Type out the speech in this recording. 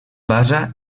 basa